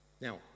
now